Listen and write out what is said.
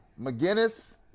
McGinnis